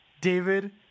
David